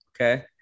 Okay